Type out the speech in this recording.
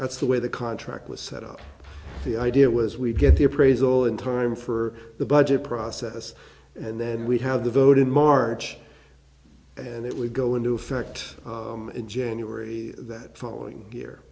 that's the way the contract was set up the idea was we'd get the appraisal in time for the budget process and then we'd have the vote in march and it would go into effect in january that following year